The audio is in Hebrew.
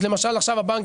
אז למשל עכשיו הבנק,